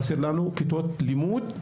חסרות לנו כיתות לימוד.